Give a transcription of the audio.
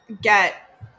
get